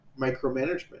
micromanagement